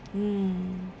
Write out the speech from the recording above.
mm